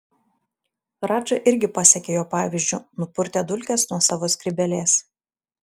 radža irgi pasekė jo pavyzdžiu nupurtė dulkes nuo savo skrybėlės